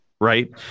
right